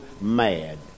mad